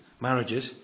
marriages